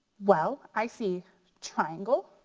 well i see triangle,